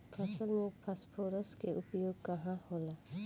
फसल में फास्फोरस के उपयोग काहे होला?